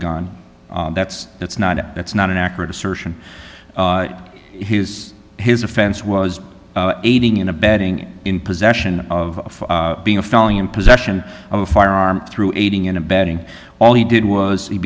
gun that's that's not that's not an accurate assertion his his offense was aiding and abetting in possession of being a failing in possession of a firearm through aiding and abetting all he did was he